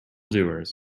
doers